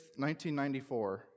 1994